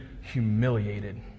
humiliated